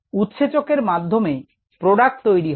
উৎসেচক এর মাধ্যমে প্রোডাক্ট তৈরি হয়